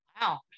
wow